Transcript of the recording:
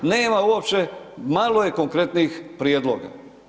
Nema uopće, malo je konkretnih prijedloga.